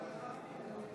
מכלוף